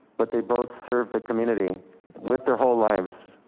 but they both serve the community with their whole lives.